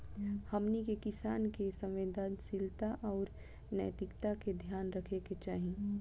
हमनी के किसान के संवेदनशीलता आउर नैतिकता के ध्यान रखे के चाही